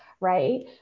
Right